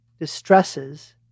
distresses